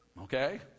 okay